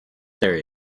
there